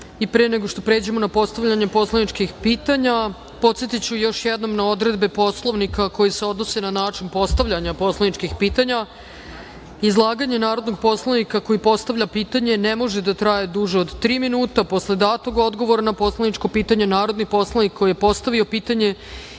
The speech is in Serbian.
nego što pređemo na postavljanje poslaničkih pitanja, podsetiću još jednom na odredbe Poslovnika koje se odnose na način postavljanja poslaničkih pitanja: izlaganje narodnog poslanika koji postavlja pitanje ne može da traje duže od tri minuta; posle datog odgovora na poslaničko pitanje narodni poslanik koji je postavio pitanje